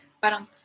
parang